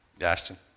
Ashton